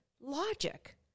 logic